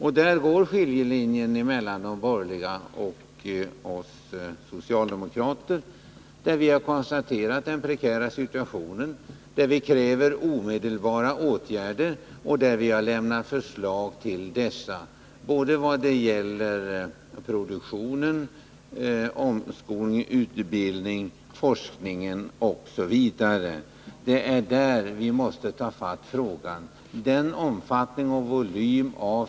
Ja, där går skiljelinjen mellan de borgerliga och oss socialdemokrater. Vi har konstaterat att den prekära situationen kräver omedelbara åtgärder, och vi har lämnat förslag till sådana vad gäller produktion, omskolning, utbildning, forskning osv. — det är på de områdena vi måste ta tag i frågan.